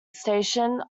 station